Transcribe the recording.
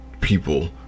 people